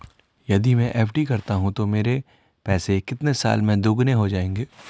यदि मैं एफ.डी करता हूँ तो मेरे पैसे कितने साल में दोगुना हो जाएँगे?